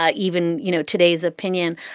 ah even you know today's opinion.